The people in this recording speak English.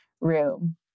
room